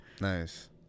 Nice